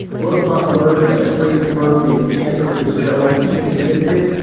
most of us learned that a trading firm named cantor fitzgerald even existed.